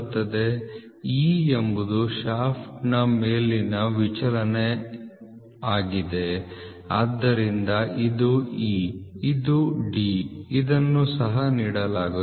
e ಎಂಬುದು ಶಾಫ್ಟ್ನ ಮೇಲಿನ ವಿಚಲನವಾಗಿದೆ ಆದ್ದರಿಂದ ಇದು e ಇದು D ಇದನ್ನು ಸಹ ನೀಡಲಾಗುತ್ತದೆ